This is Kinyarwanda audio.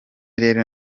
rero